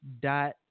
dot